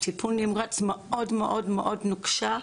טיפול נמרץ מאוד מאוד מאוד נוקשה.